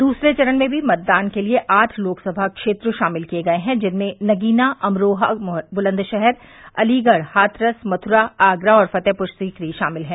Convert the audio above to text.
दूसरे चरण में भी मतदान के लिये आठ लोकसभा क्षेत्र शामिल किये गये हैं जिनमें नगीना अमरोहा बुलंदशहर अलीगढ़ हाथरस मथुरा आगरा और फतेहपुर सीकरी शामिल हैं